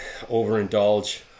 overindulge